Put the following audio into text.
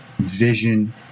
vision